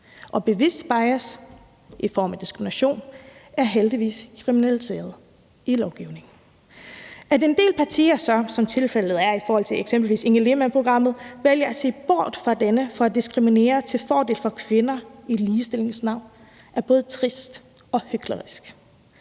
de bevidste bias i form af diskrimination er heldigvis kriminaliseret i lovgivningen. At en del partier så, som det eksempelvis er tilfældet i forhold til Inge Lehmann-programmet, vælger at se bort fra dette for at diskriminere til fordel for kvinder i ligestillingens navn, er både trist og hyklerisk.